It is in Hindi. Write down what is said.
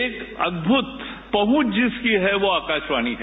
एक अदभुत पहुंच जिसकी है वो आकाशवाणी है